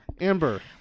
Amber